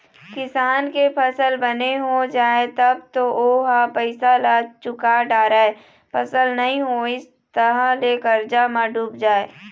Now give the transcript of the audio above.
किसान के फसल बने हो जाए तब तो ओ ह पइसा ल चूका डारय, फसल नइ होइस तहाँ ले करजा म डूब जाए